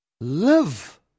Live